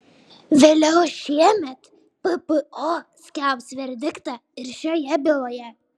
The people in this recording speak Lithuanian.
vėliau šiemet ppo skelbs verdiktą ir šioje byloje